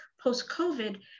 post-COVID